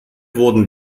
wurden